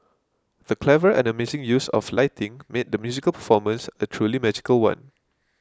the clever and amazing use of lighting made the musical performance a truly magical one